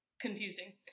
confusing